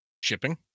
Shipping